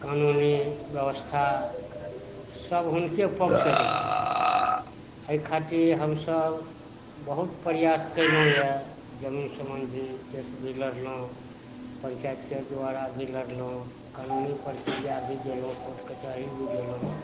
कानूनी ब्यवस्था सभ हुनके पक्षे हइ छै एहि खातिर हमसभ बहुत परिआस कयलहुँ यऽ जमीन सम्बन्धी केस भी लड़लहुँ पञ्चायतके द्वारा भी लड़लहुँ कानूनी परक्रिआ भी गेलहुँ कोर्ट कचहरी भी गेलहुँ